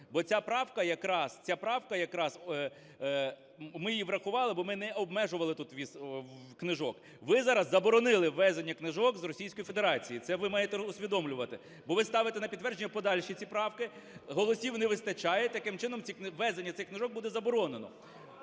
ця правка якраз, ми її врахували, бо ми не обмежували тут ввіз книжок. Ви зараз заборонили ввезення книжок з Російської Федерації, це ви маєте усвідомлювати. Бо ви ставите на підтвердження подальші ці правки, голосів не вистачає, такими чином ввезення цих книжок буде заборонено.